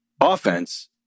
offense